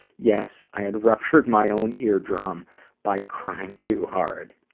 yes, i had ruptured my own eardrum by crying too hard.